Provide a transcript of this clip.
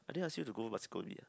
I didn't ask you to go ah